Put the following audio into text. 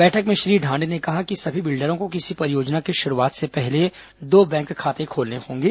बैठक में श्री ढांड ने कहा कि सभी बिल्डरों को किसी परियोजना की शुरूवात से पहले दो बैंक खाते खोलने होंगे